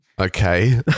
okay